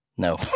no